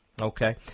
Okay